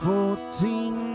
Fourteen